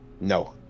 No